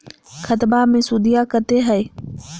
खतबा मे सुदीया कते हय?